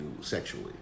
sexually